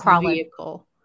vehicle